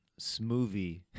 smoothie